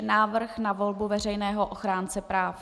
Návrh na volbu Veřejného ochránce práv